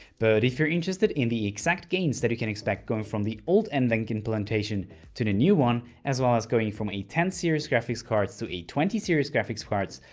but if you're interested in the exact gains that you can expect going from the old nvenc implantation to the new one as well as going from a ten series graphics cards to a twenty series graphics cards,